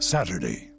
Saturday